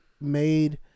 made